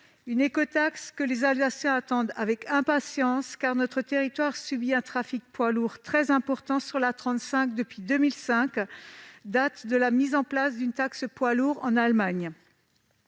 Cette écotaxe, les Alsaciens l'attendent avec impatience, car notre territoire subit un trafic poids lourds très important sur l'A35 depuis 2005, date de la mise en place d'une taxe poids lourds en Allemagne.